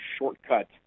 shortcut